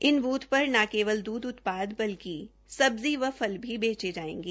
इन booth पर न केवल द्वध उत्पाद बल्कि सब्जी व फल भी बेचें जायेंगे